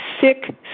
sick